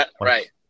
right